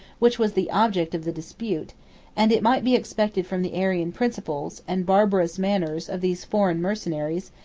which was the object of the dispute and it might be expected from the arian principles, and barbarous manners, of these foreign mercenaries,